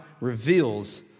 reveals